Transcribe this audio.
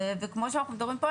וכמו שאנחנו מדברים פה,